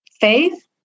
faith